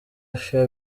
russia